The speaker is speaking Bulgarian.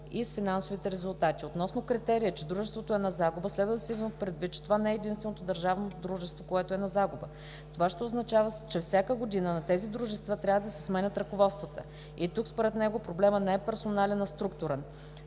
и с финансовите резултати. Относно критерия, че дружеството е на загуба, следва да се има предвид, че това не е единственото държавно дружество, което е на загуба. Това ще означава, че всяка година на тези дружества трябва да се сменя ръководството им. Според него тук проблемът не е персонален, а структурен.